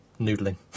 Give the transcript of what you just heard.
noodling